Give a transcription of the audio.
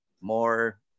more